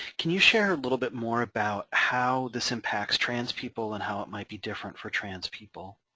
can you share a little bit more about how this impacts trans people and how it might be different for trans people?